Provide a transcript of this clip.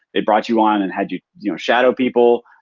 they brought you on and had you you know shadow people.